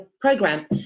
program